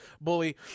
Bully